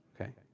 Okay